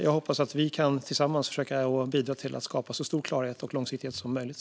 Jag hoppas att vi tillsammans kan försöka att bidra till att skapa så stor klarhet och långsiktighet som möjligt.